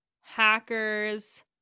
Hackers